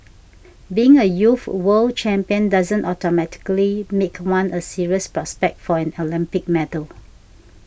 being a youth world champion doesn't automatically make one a serious prospect for an Olympic medal